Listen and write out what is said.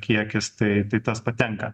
kiekis tai tai tas patenka